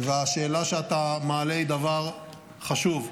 והשאלה שאתה מעלה היא דבר חשוב.